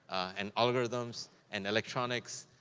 and algorithms, and electronics,